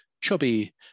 Chubby